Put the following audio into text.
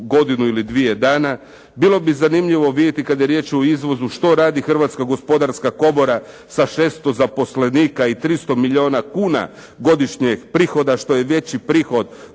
godinu ili dvije dana. Bilo bi zanimljivo vidjeti kada je riječ o izvozu što radi Hrvatska gospodarska komora sa 600 zaposlenika i 300 milijuna kuna godišnjeg prihoda što je veći prihod